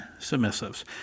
submissives